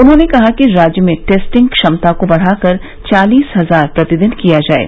उन्होंने कहा कि राज्य में टेस्टिंग क्षमता को बढ़ाकर चालीस हजार प्रतिदिन किया जाये